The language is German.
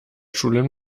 schulen